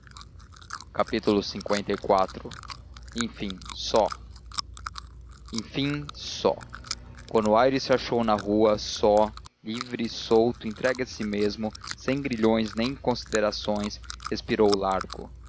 tudo assentado liv enfim só enfim só quando aires se achou na rua só livre solto entregue a si mesmo sem grilhões nem considerações respirou largo